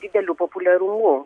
dideliu populiarumu